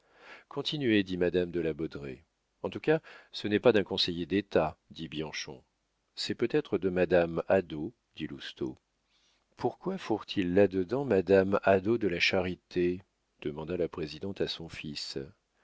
continuez dit madame de la baudraye en tout cas ce n'est pas d'un conseiller d'état dit bianchon c'est peut-être de madame hadot dit lousteau pourquoi fourrent ils là-dedans madame hadot de la charité demanda la présidente à son fils